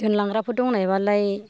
दोनलांग्राफोर दंनायबालाय